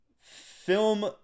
film